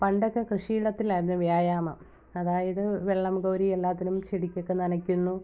പണ്ടൊക്കെ കൃഷിയിടത്തിലായിരുന്നു വ്യായാമം അതായത് വെള്ളം കോരി എല്ലാത്തിനും ചെടിക്കൊക്കെ നനയ്ക്കുന്നു